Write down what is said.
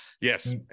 yes